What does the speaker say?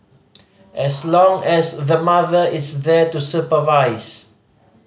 as long as the mother is there to supervise